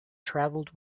travelled